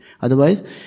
Otherwise